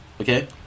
Okay